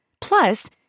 Plus